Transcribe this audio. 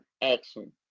action